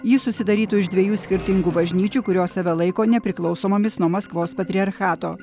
ji susidarytų iš dviejų skirtingų bažnyčių kurios save laiko nepriklausomomis nuo maskvos patriarchato